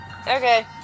Okay